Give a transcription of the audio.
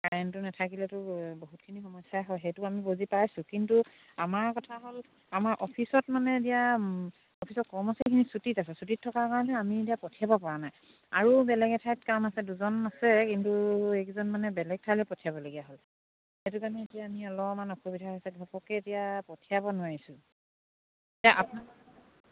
কাৰেণ্টটো নেথাকিলেতো বহুতখিনি সমস্যাই হয় সেইটো আমি বুজি পাইছোঁ কিন্তু আমাৰ কথা হ'ল আমাৰ অফিচত মানে এতিয়া অফিচত কৰ্মচাৰীখিনি ছুটিত আছে ছুটিত থকাৰ কাৰণে আমি এতিয়া পঠিয়াব পৰা নাই আৰু বেলেগ এঠাইত কাম আছে দুজন আছে কিন্তু এইকেইজন মানে বেলেগ ঠাইলৈ পঠিয়াবলগীয়া হ'ল সেইটো কাৰণে এতিয়া আমি অলপমান অসুবিধাৰ হৈছে ঘপককে এতিয়া পঠিয়াব নোৱাৰিছোঁ এয়া